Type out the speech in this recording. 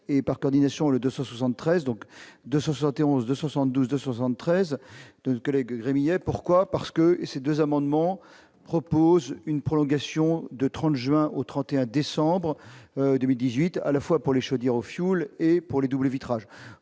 et par coordination le 273 donc de 71 de 72 de 73 2 collègues Gremillet, pourquoi, parce que ces 2 amendements proposent une prolongation de 30 juin au 31 décembre 2018, à la fois pour les chaudières au fioul et pour les doubles vitrages,